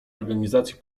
organizacji